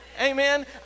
Amen